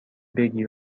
بگی